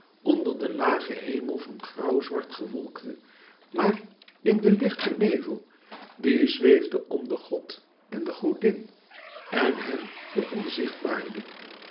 onder den lagen hemel van grauwzwart gewolkte maar in den lichten nevel die zweefde om den god en de godin en hen veronzichtbaarde